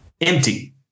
empty